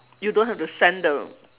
you don't have to send the